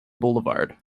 boulevard